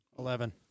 Eleven